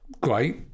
great